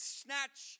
snatch